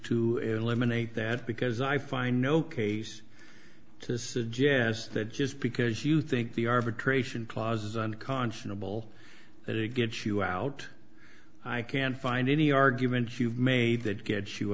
to eliminate that because i find no case to suggest that just because you think the arbitration clause is unconscionable that it gets you out i can find any argument you've made that gets you